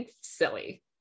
silly